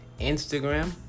Instagram